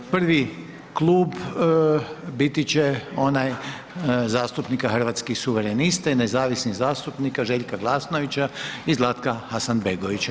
Prvi klub biti će onaj zastupnika Hrvatskih suverenista i nezavisnih zastupnika Željka Glasnovića i Zlatka Hasanbegovića.